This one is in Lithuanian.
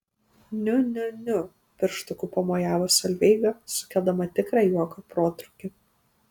niu niu niu pirštuku pamojavo solveiga sukeldama tikrą juoko protrūkį